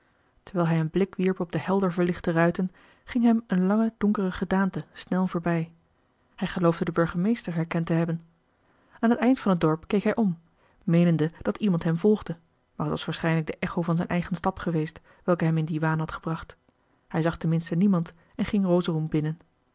terwijl hij een blik wierp op de helder verlichte ruiten ging hem een lange donkere gedaante snel voorbij hij geloofde den burgemeester herkend te hebben aan het eind van het dorp keek hij om meenende marcellus emants een drietal novellen dat iemand hem volgde maar het was waarschijnlijk de echo van zijn eigen stap geweest welke hem in dien waan had gebracht hij zag ten minste niemand en ging rosorum binnen